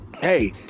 Hey